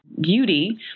beauty